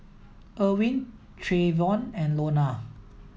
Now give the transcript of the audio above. Erwin Trayvon and Lonna